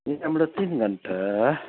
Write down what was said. यहाँबाट तिन घन्टा